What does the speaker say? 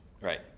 Right